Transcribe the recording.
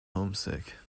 homesick